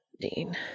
Dean